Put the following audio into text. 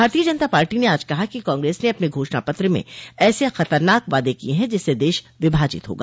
भारतीय जनता पार्टी ने आज कहा कि कांग्रेस ने अपने घोषणा पत्र में ऐसे खतरनाक वादे किए हैं जिससे देश विभाजित होगा